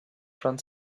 front